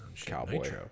cowboy